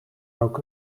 ook